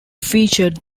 featured